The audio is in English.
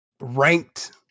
ranked